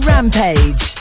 Rampage